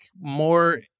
more